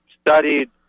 studied